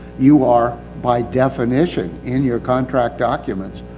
you are, by definition, in your contract documents,